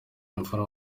imfura